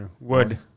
Wood